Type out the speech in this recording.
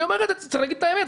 צריך לומר את האמת.